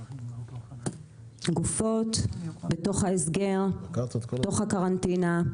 גופות בתוך ההסגר, בתוך הקרנטינה,